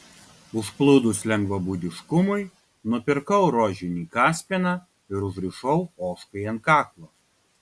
užplūdus lengvabūdiškumui nupirkau rožinį kaspiną ir užrišau ožkai ant kaklo